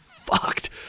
fucked